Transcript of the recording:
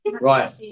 Right